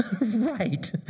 right